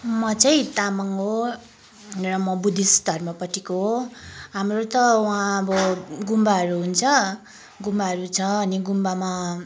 म चाहिँ तामाङ हो र म बुद्धिष्ट धर्मपट्टिको हो हाम्रो त वहाँ अब गुम्बाहरू हुन्छ गुम्बाहरु छ अनि गुम्बामा